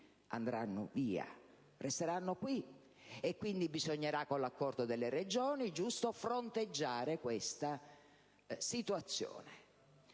andranno via, ma resteranno qui. Quindi bisognerà, con l'accordo delle Regioni, fronteggiare questa situazione.